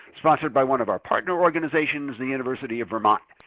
sponsored by one of our partner organizations, the university of vermont.